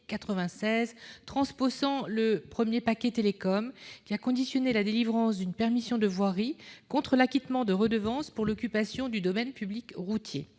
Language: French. transposant le premier paquet Télécoms, a conditionné la délivrance d'une permission de voirie contre l'acquittement de redevances pour l'occupation du domaine public routier.